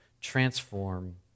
transform